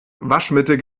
waschmittel